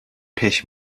pech